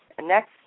next